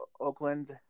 Oakland